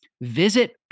Visit